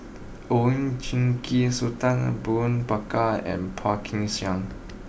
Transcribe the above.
Oon Jin Gee Sultan Abu Bakar and Phua Kin Siang